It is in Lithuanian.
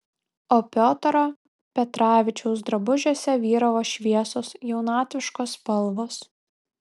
o piotro petravičiaus drabužiuose vyravo šviesios jaunatviškos spalvos